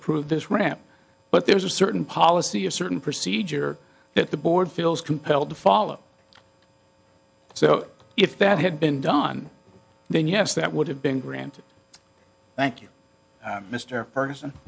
approved this ramp but there's a certain policy a certain procedure that the board feels compelled to follow so if that had been done then yes that would have been granted thank you mr ferguson